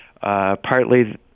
Partly